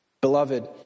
Beloved